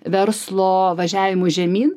verslo važiavimui žemyn